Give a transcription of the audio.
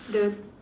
the